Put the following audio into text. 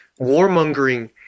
warmongering